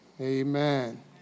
Amen